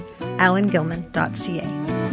alangilman.ca